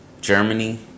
Germany